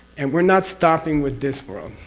and we're not stopping with this world,